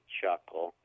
chuckle